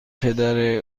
پدر